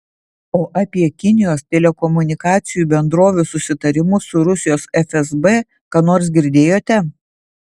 o apie kinijos telekomunikacijų bendrovių susitarimus su rusijos fsb ką nors girdėjote